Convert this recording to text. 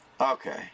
okay